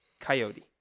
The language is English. Coyote